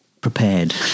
prepared